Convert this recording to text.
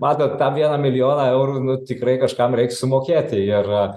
matot tą vieną milijoną eurų nu tikrai kažkam reik sumokėti ir